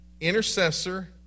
intercessor